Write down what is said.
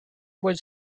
was